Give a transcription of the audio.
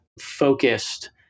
focused